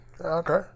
Okay